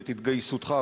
ואת התגייסותך,